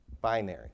binary